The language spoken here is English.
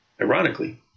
Ironically